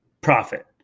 profit